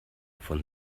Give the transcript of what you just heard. von